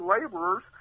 laborers